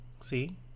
See